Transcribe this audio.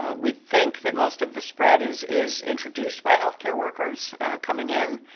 ah we think that most of the spread is is introduced by health care workers coming in,